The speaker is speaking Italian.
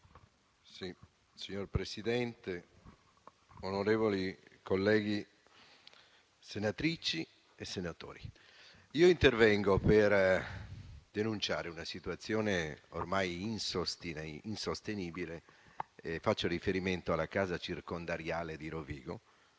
Signor Presidente, onorevoli colleghi, senatrici e senatori, intervengo per denunciare una situazione ormai insostenibile. Faccio riferimento alla casa circondariale di Rovigo,